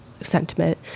sentiment